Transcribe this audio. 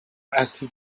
active